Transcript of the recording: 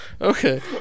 Okay